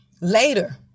later